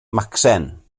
macsen